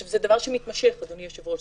זה דבר מתמשך, אדוני היושב-ראש.